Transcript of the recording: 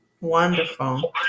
Wonderful